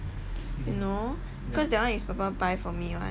you know because that one is papa buy for me [one]